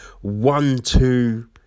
one-two